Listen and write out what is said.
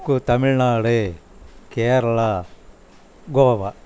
கோ Tamil Nadu Kerala Goa